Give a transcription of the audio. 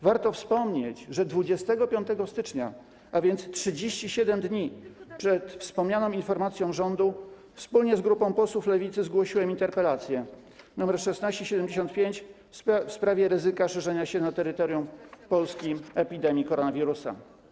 Warto wspomnieć, że 25 stycznia, a więc 37 dni przed wspomnianą informacją rządu, wspólnie z grupą posłów Lewicy zgłosiłem interpelację nr 1675 w sprawie ryzyka szerzenia się na terytorium Polski epidemii koronawirusa.